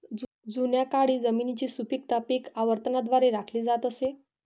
जुन्या काळी जमिनीची सुपीकता पीक आवर्तनाद्वारे राखली जात असे